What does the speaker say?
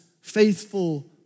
faithful